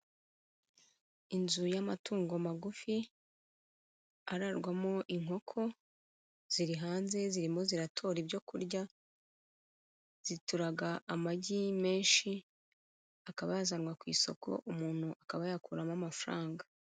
Inzu y'amatungo magufi ararwamo inkoko ziri hanze zirimo ziratora ibyo kurya, zituraga amagi menshi akaba yazanwa ku isoko umuntu akaba yakuramo amafaranga.